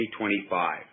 2025